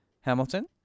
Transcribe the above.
Hamilton